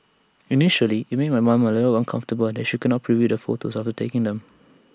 initially IT made my mom A little uncomfortable that she couldn't preview the photos after taking them